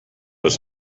was